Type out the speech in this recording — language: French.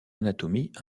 anatomie